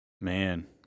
man